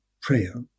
prayer